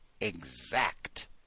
exact